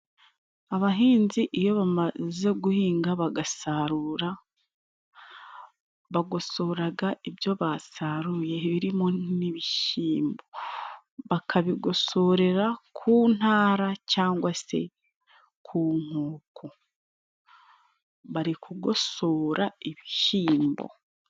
Abahinzi iyo bamaze guhinga bagasarura, bagosoraga ibyo basaruye birimo n'ibishimbo, bakabigosorera ku ntara cyangwa se ku nkoko. Bari kugosora ibishimbo.